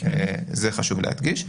את זה חשוב להדגיש.